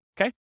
Okay